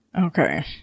Okay